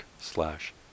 slash